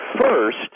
first